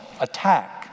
attack